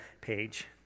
page